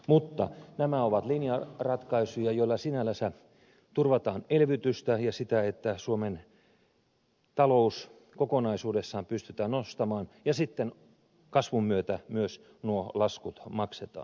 mutta nämä ovat linjaratkaisuja joilla sinällänsä turvataan elvytystä ja sitä että suomen talous kokonaisuudessaan pystytään nostamaan ja sitten kasvun myötä myös nuo laskut maksetaan